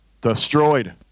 Destroyed